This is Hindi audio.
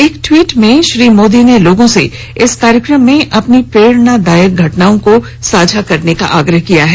एक ट्वीट में श्री मोदी ने लोगों से इस कार्यक्रम में अपनी प्रेरणादायक घटनाओं को साझा करने का आग्रह किया है